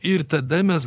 ir tada mes